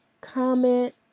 comment